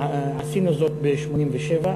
עשינו זאת ב-1987.